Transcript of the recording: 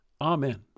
amen